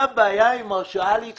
תסבירו לי מה הבעיה עם הרשאה להתחייב.